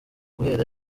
guhera